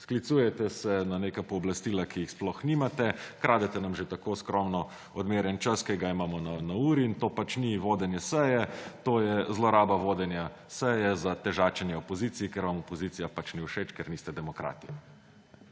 Sklicujete se na neka pooblastila, ki jih sploh nimate, kradete nam že tako skromno odmerjen čas, ki ga imamo na uri. To pač ni vodenje seje, to je zloraba vodenja seje za težačenje opoziciji, ker vam opozicija pač ni všeč, ker niste demokrati.